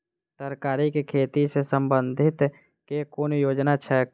तरकारी केँ खेती सऽ संबंधित केँ कुन योजना छैक?